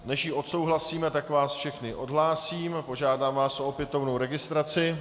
Než ji odsouhlasíme, tak vás všechny odhlásím a požádám vás o opětovnou registraci.